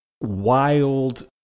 wild